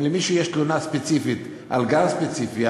אם למישהו יש תלונה ספציפית על גן ספציפי,